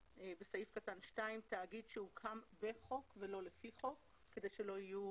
בסעיף קטן (2): "תאגיד שהוקם בחוק" ולא "לפי חוק" כדי שלא יהיו